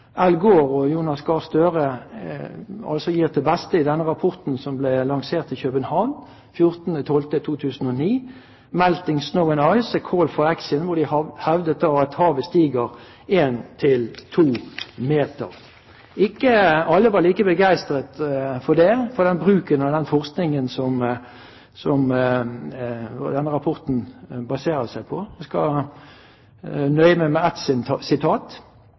Al Gore og Jonas Gahr Støre gir til beste i den rapporten som ble lansert i København 14. desember 2009, Melting snow and ice. A call for action, hvor de har hevdet at havet stiger 1–2 meter. Ikke alle var like begeistret for bruken av den forskningen som denne rapporten baserer seg på. Jeg skal nøye meg med ett sitat,